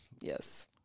Yes